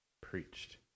preached